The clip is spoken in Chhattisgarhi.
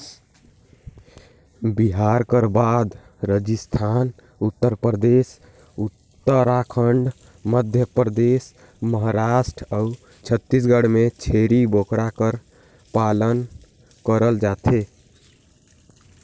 बिहार कर बाद राजिस्थान, उत्तर परदेस, उत्तराखंड, मध्यपरदेस, महारास्ट अउ छत्तीसगढ़ में छेरी बोकरा कर पालन करल जाथे